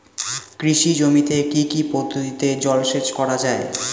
কৃষি জমিতে কি কি পদ্ধতিতে জলসেচ করা য়ায়?